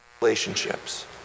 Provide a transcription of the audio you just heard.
relationships